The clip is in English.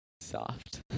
Soft